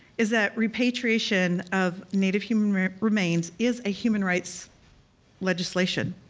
is that repatriation of native human remains is a human rights legislation.